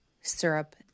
syrup